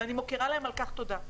ואני מוקירה להם על כך תודה.